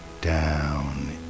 down